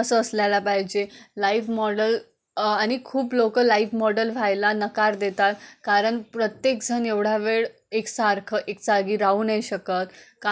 असं असलाला पाहिजे लाईव्ह मॉडल आणि खूप लोकं लाईव मॉडल व्हायला नकार देतात कारण प्रत्येक जण एवढा वेळ एकसारखं एक जागी राहू नाही शकत का